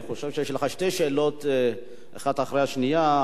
אני חושב שיש לך שתי שאלות, האחת אחרי השנייה.